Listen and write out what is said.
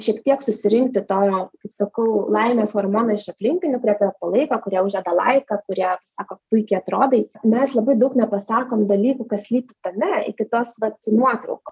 šiek tiek susirinkti to jau kaip sakau laimės hormono iš aplinkinių kurie tave palaiko kurie uždeda laiką kurie pasako puikiai atrodai mes labai daug nepasakom dalykų kas slypi tame iki tos vat nuotraukų